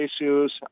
issues